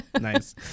Nice